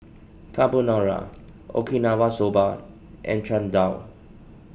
Carbonara Okinawa Soba and Chana Dal